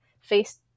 face